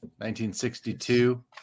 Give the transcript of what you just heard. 1962